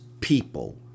people